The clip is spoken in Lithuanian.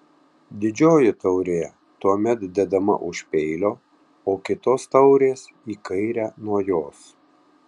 didžioji taurė tuomet dedama už peilio o kitos taurės į kairę nuo jos